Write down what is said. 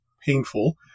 painful